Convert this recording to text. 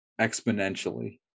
exponentially